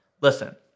Listen